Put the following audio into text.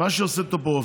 מה ליברמן נתן לך